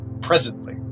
presently